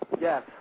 Yes